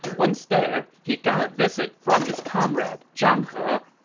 once there, he got visit from his comrade zhang he